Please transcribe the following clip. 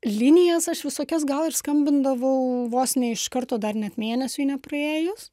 linijas aš visokias gal ir skambindavau vos ne iškarto dar net mėnesiui nepraėjus